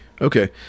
Okay